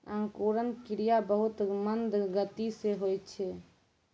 अंकुरन क्रिया बहुत मंद गति सँ होय छै